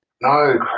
No